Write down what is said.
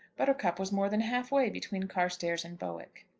buttercup was more than half-way between carstairs and bowick.